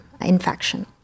infection